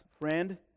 friend